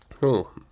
Cool